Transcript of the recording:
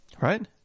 Right